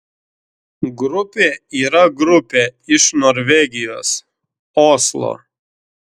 grupė yra grupė iš norvegijos oslo